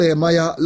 maya